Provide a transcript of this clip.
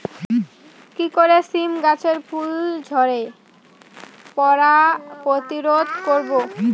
কি করে সীম গাছের ফুল ঝরে পড়া প্রতিরোধ করব?